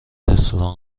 رستوران